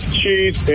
cheese